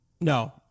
no